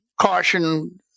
caution